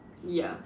ya